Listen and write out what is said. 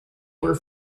were